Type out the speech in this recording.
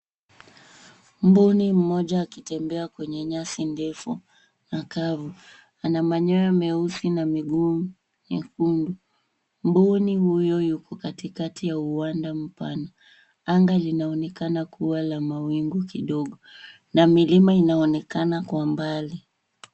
Mbuni mmoja akitembea kwenye nyasi ndefu na kavu. Ana manyoya meusi na miguu myekundu. Mbuni huyu yuko katikati ya uwanda mpana. Anga linaonekana kuwa la mawingu kidogo na milima inaonekana kwa umbali.